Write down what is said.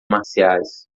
marciais